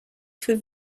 für